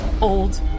Old